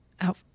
out